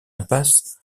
impasse